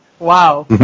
Wow